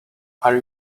are